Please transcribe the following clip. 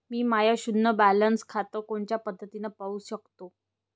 मी माय शुन्य बॅलन्स खातं कोनच्या पद्धतीनं पाहू शकतो?